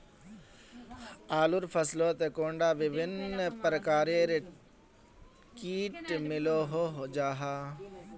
आलूर फसलोत कैडा भिन्न प्रकारेर किट मिलोहो जाहा?